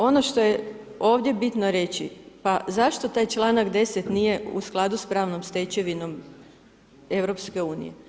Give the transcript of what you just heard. Ono što je ovdje bitno reći, pa zašto taj članak nije u skladu s pravnom stečevinom EU.